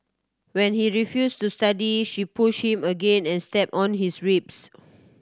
when he refused to study she pushed him again and stepped on his ribs